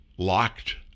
Locked